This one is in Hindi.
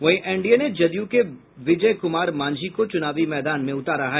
वहीं एनडीए ने जदयू के विजय कुमार मांझी को चुनावी मैदान में उतारा है